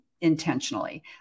intentionally